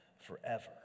forever